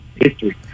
History